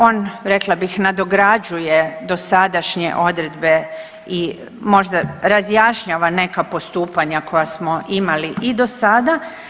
On rekla bih nadograđuje dosadašnje odredbe i možda razjašnjava neka postupanja koja smo imali i dosada.